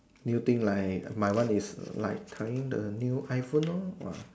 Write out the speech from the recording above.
new thing like my one is like trying the new iPhone lor !wah!